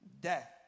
Death